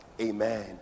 Amen